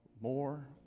more